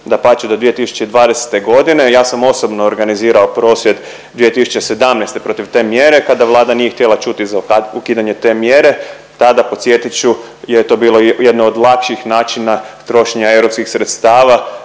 dapače, do 2020. g. Ja sam osobno organizirao prosvjed 2017. protiv te mjere kada Vlada nije htjela čuti za ukidanje te mjere. Tada, podsjetit ću je to bilo jedno od lakših načina trošenja europskih sredstava,